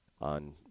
on